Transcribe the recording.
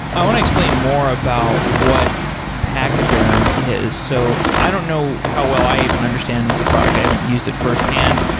i want to explain more about what pachyderm is. so i don't know how well i even understand the product. i haven't used it firsthand.